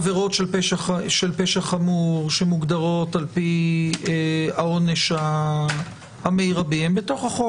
עבירות של פשע חמור שמוגדרות על פי העונש המרבי הן בתוך החוק.